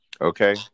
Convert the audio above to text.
Okay